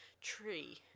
tree